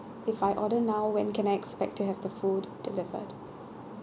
if I order now when can I expect to have the food delivered